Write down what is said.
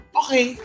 okay